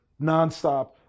nonstop